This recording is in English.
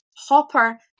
Hopper